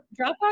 Dropbox